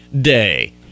day